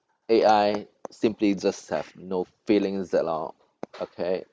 A_I simply just have no feelings at all okay